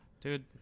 Dude